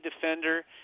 defender